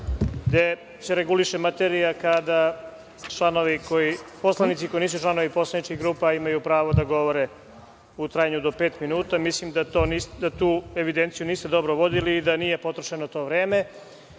Gde se reguliše materija kada članovi, poslanici koji nisu članovi poslaničkih grupa imaju pravo da govore u trajanju do pet minuta. Mislim da tu evidenciju niste dobro vodili i da nije potrošeno to vreme. Samo